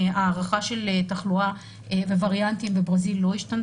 ההערכה של התחלואה ווריאנטים בברזיל לא השתנה